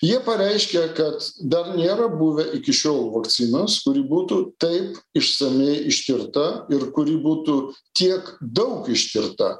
jie pareiškė kad dar nėra buvę iki šiol vakcinos kuri būtų taip išsamiai ištirta ir kuri būtų tiek daug ištirta